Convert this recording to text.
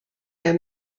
der